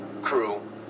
crew